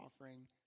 offering